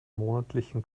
monatlichen